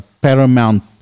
paramount